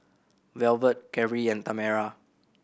Velvet Carri and Tamera